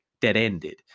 dead-ended